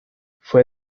fue